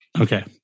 Okay